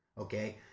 Okay